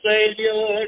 Savior